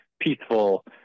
peaceful